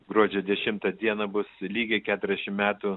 gruodžio dešimtą dieną bus lygiai keturiasdešim metų